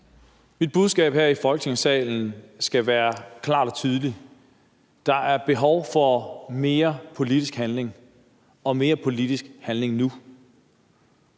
Mit budskab her i Folketingssalen skal være klart og tydeligt: Der er behov for mere politisk handling, og mere politisk handling nu.